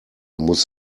muss